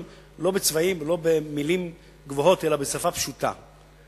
לא בצבעים ולא במלים גבוהות, אלא בשפה פשוטה.